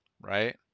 right